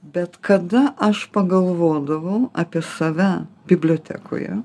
bet kada aš pagalvodavau apie save bibliotekoje